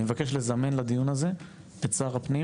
אבקש לזמן לדיון הזה את שר הפנים